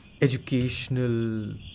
educational